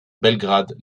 belgrade